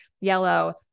yellow